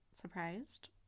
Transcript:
surprised